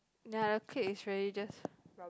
ya the clique is really just